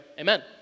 Amen